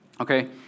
Okay